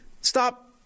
Stop